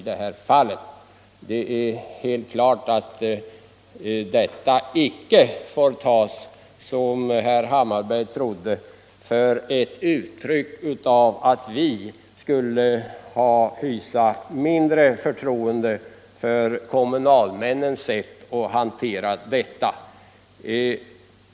Det är helt klart att detta icke får tas, vilket herr Hammarberg trodde, såsom ett uttryck för att vi skulle hysa mindre förtroende för kommunalmännens sätt att hantera dessa frågor.